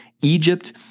Egypt